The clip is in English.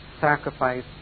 sacrifice